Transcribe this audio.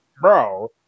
bro